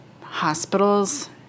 hospitals